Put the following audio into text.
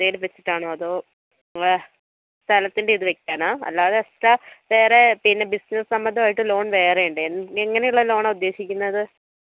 എന്തേലും വെച്ചിട്ടാണോ അതോ സ്ഥലത്തിൻ്റെ ഇത് വെയ്ക്കാനോ അല്ലാതെ എക്സ്ട്രാ വേറെ ബിസിനസ് സംബന്ധമായിട്ട് ലോൺ വേറെ ഉണ്ട് എങ്ങനെ ഉള്ള ലോണാണ് ഉദ്ദേശിക്കുന്നത്